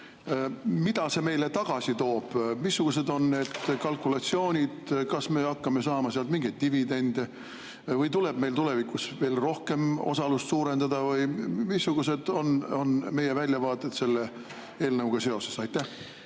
pikemas perspektiivis toob, missugused on need kalkulatsioonid. Kas me hakkame saama sealt mingeid dividende või tuleb meil tulevikus veel rohkem osalust suurendada või missugused on meie väljavaated selle eelnõuga seoses? Aitäh!